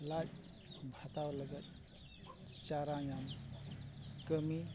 ᱞᱟᱡ ᱵᱷᱟᱛᱟᱣ ᱞᱟᱹᱜᱤᱫ ᱪᱟᱨᱟ ᱧᱟᱢ ᱠᱟᱹᱢᱤ